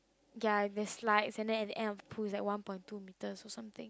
ya the slides and then at the end of the pool is one point two metres or something